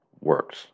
works